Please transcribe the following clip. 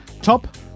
top